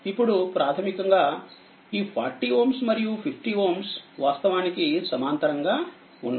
ఇప్పుడు ప్రాథమికంగా ఈ40Ωమరియు50Ωవాస్తవానికి సమాంతరంగా ఉన్నాయి